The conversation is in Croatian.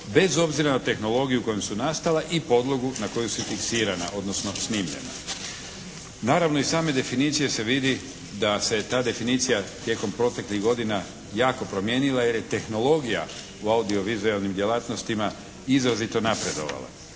bez obzira na tehnologiju kojom su nastala i podlogu na koju su fiksirana, odnosno snimljena. Naravno iz same definicije se vidi da se ta definicija tijekom proteklih godina jako promijenila jer je tehnologija u audiovizualnim djelatnostima izrazito napredovala